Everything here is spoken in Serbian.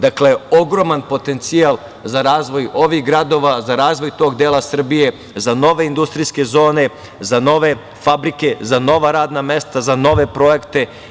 Dakle, ogroman potencijal za razvoj ovih gradova, za razvoj tog dela Srbije, za nove industrijske zone, za nove fabrike, za nova radna mesta, za nove projekte.